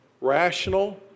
rational